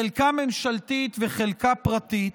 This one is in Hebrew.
חלקה ממשלתית וחלקה פרטית,